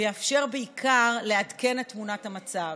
ויאפשר בעיקר לעדכן את תמונת המצב,